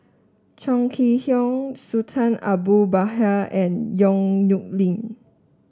Chong Kee Hiong Sultan Abu Bakar and Yong Nyuk Lin